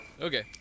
Okay